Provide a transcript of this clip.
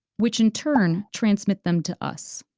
which in turn transmit them to us.